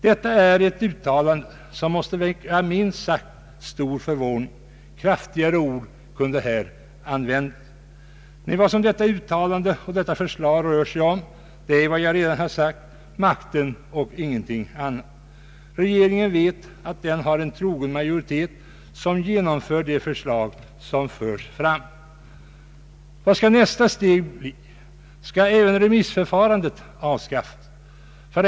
Detta är ett uttalande som måste väcka minst sagt stor förvåning — kraftigare ord kunde här användas. Vad detta uttalande och detta förslag rör sig om är, som jag redan har sagt, makten och ingenting annat. Regeringen vet att den har en trogen majoritet, vilken genomför de förslag som förs fram. Vad skall nästa steg bli? Skall även remissförfarandet avskaffas?